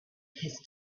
his